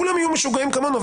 כולם יהיו משוגעים כמונו,